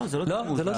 לא זה לא טיעון מוזר.